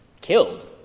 killed